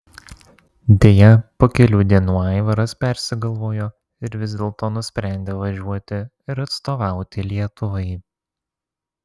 deja po kelių dienų aivaras persigalvojo ir vis dėlto nusprendė važiuoti ir atstovauti lietuvai